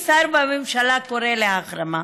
שר בממשלה קורא להחרמה.